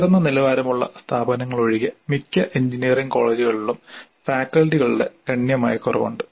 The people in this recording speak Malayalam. ഉയർന്ന നിലവാരമുള്ള സ്ഥാപനങ്ങളൊഴികെ മിക്ക എഞ്ചിനീയറിംഗ് കോളേജുകളിലും ഫാക്കൽറ്റികളുടെ ഗണ്യമായ കുറവുണ്ട്